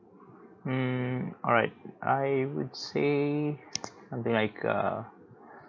mm alright I would say something like err